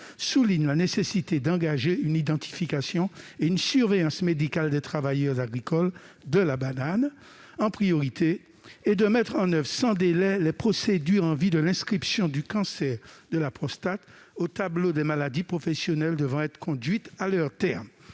souligne la nécessité d'engager une identification et une surveillance médicale des travailleurs agricoles de la banane, en priorité, et de mettre en oeuvre sans délai les procédures en vue de l'inscription du cancer de la prostate au tableau des maladies professionnelles. Il est à noter